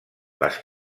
les